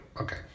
okay